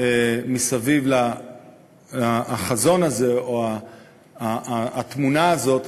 מסביב לחזון הזה או התמונה הזאת,